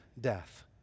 death